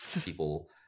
people